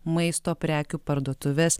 maisto prekių parduotuves